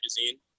magazine